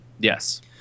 Yes